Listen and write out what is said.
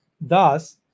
Thus